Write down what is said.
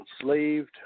enslaved